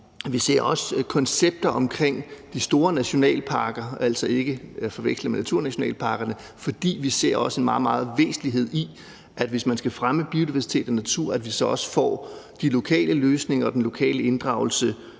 Vi ser også koncepter i forbindelse med de store nationalparker, altså ikke at forveksle med naturnationalparkerne, for vi synes, at det er meget væsentligt, hvis man skal fremme biodiversitet og natur, at vi så også får de lokale løsninger og den lokale inddragelse